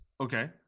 Okay